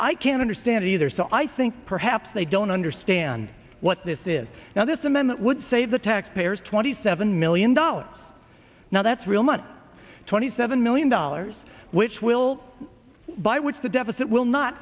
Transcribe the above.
i can't understand it either so i think perhaps they don't understand what this is now this amendment would save the taxpayers twenty seven million dollars now that's real money twenty seven million dollars which will by which the deficit will not